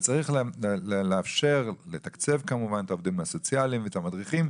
צריך לתקצב כמובן את העובדים הסוציאליים ואת המדריכים,